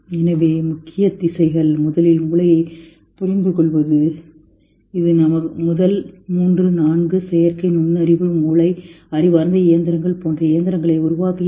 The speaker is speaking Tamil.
எனவே முக்கிய திசைகள் முதலில் மூளையைப் புரிந்துகொள்வது இது முதல் மூன்று நான்கு செயற்கை நுண்ணறிவு மூளை அறிவார்ந்த இயந்திரங்கள் போன்ற இயந்திரங்களை உருவாக்குகிறது